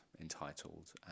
entitled